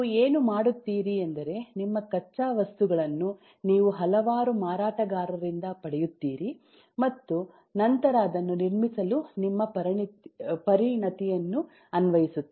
ನೀವು ಏನು ಮಾಡುತ್ತೀರಿ ಎಂದರೆ ನಿಮ್ಮ ಕಚ್ಚಾ ವಸ್ತುಗಳನ್ನು ನೀವು ಹಲವಾರು ಮಾರಾಟಗಾರರಿಂದ ಪಡೆಯುತ್ತೀರಿ ಮತ್ತು ನಂತರ ಅದನ್ನು ನಿರ್ಮಿಸಲು ನಿಮ್ಮ ಪರಿಣತಿಯನ್ನು ಅನ್ವಯಿಸುತ್ತದೆ